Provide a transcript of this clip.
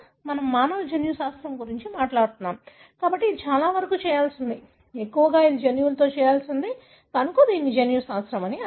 మనం మానవ జన్యుశాస్త్రం గురించి మాట్లాడుతున్నాము కాబట్టి ఇది చాలా వరకు చేయాల్సి ఉంటుంది ఎక్కువగా ఇది జన్యువుతో చేయాల్సి ఉంటుంది కనుక దీనిని జన్యుశాస్త్రం అంటారు